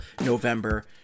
November